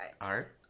art